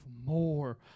more